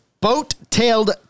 Boat-tailed